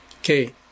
Okay